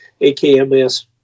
AKMS